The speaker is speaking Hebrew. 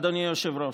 אדוני היושב-ראש,